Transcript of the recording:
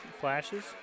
flashes